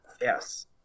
Yes